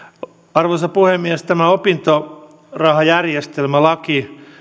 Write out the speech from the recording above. arvoisa puhemies tämä opintorahajärjestelmälaki